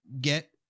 get